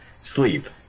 sleep